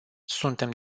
suntem